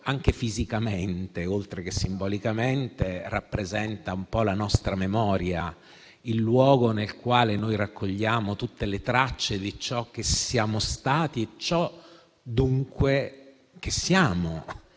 anche fisicamente oltre che simbolicamente, rappresenta un po' la nostra memoria, il luogo nel quale noi raccogliamo tutte le tracce di ciò che siamo stati e dunque di ciò